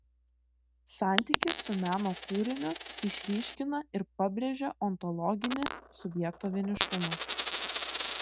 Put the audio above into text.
santykis su meno kūriniu išryškina ir pabrėžia ontologinį subjekto vienišumą